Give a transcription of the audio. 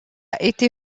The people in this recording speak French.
été